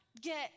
get